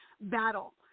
battle